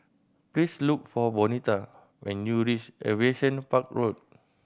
please look for Bonita when you reach Aviation Park Road